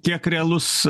kiek realus